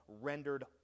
rendered